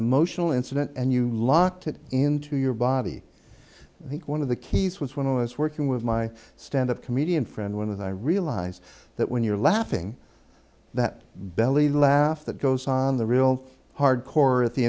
emotional incident and you locked it into your body i think one of the keys was when i was working with my standup comedian friend with i realize that when you're laughing that belly laugh that goes on the real hard core at the